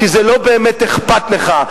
כי זה לא באמת אכפת לך.